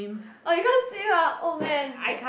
oh you can't swim ah oh man